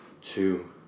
two